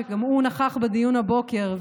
שגם הוא נכח בדיון הבוקר.